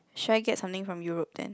shall I get something from Europe then